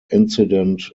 incident